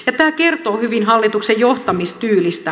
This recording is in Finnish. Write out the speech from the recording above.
tämä kertoo hyvin hallituksen johtamistyylistä